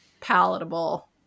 palatable